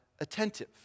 attentive